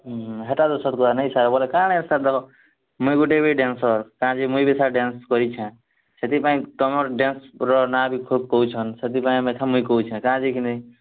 ହୁଁ ହେଇଟା କାଣା ଏଇଟା ଦବ ମୁଇଁ ଗୋଟେ ବି ଡ୍ୟାନ୍ସର ମୁଇଁ ବି ଡ୍ୟାନ୍ସ କରିଛେଁ ସେଥିପାଇଁ ତମ ଡ୍ୟାନ୍ସ ଗ୍ରୁପର ନାଁ ଖୁବ୍ କହୁଛନ୍ ସେଥିପାଇଁ ଆମେ ସମିକେ କହୁଛେ କାଁ ଶିଖିନି